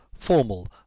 formal